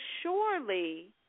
surely